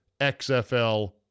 XFL